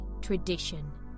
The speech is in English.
tradition